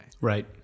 Right